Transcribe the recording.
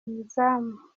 izamu